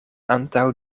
antaŭ